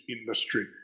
industry